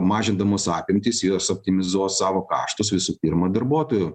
mažindamos apimtis jos optimizuos savo kaštus visų pirma darbuotojų